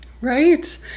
Right